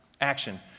action